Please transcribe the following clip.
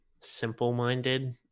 simple-minded